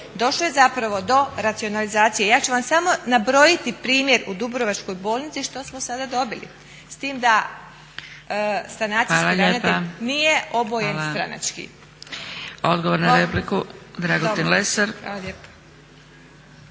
došlo je zapravo do racionalizacije. Ja ću vam samo nabrojati primjer u dubrovačkoj bolnici što smo sada dobili s tim da sanacijski ravnatelj nije obojen stranački. Hvala lijepa.